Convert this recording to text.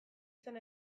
zen